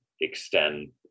extend